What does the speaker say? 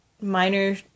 minor